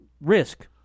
Risk